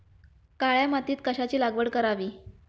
काळ्या मातीत कशाची लागवड करावी?